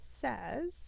says